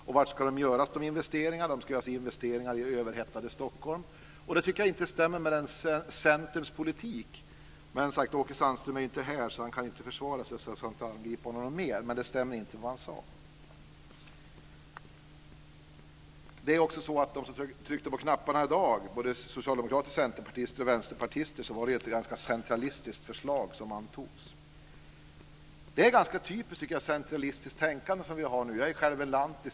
Var ska investeringarna göras? Jo, investeringarna ska göras i överhettade Stockholm. Det stämmer inte med Centerns politik. Men, som sagt, Åke Sandström är inte här, så han kan inte försvara sig. Jag ska inte angripa honom mer. Men det han sade stämmer inte. De som tryckte på knapparna i dag - socialdemokrater, centerpartister, och vänsterpartister - antog ett centralistiskt förslag. Detta är ett typiskt centralistiskt tänkande. Jag är själv en lantis.